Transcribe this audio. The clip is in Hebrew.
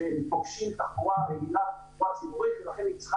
שפוגשים תחבורה רגילה ולכן היא צריכה